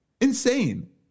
Insane